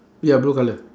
ya blue colour